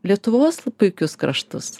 lietuvos puikius kraštus